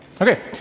Okay